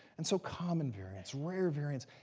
and so common variants, rare variants,